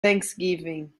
thanksgiving